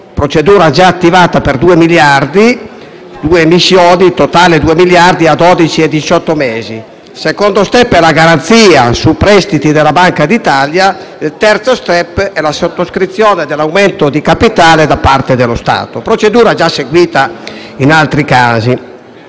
procedura già attivata per 2 miliardi (due emissioni per un totale di 2 miliardi a dodici e diciotto mesi); il secondo *step* è la garanzia sui prestiti della Banca d'Italia; il terzo *step* è la sottoscrizione dell'aumento di capitale da parte dello Stato (procedura già seguita in altri casi).